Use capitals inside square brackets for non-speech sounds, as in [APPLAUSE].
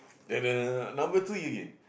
[NOISE] number three again